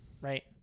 Right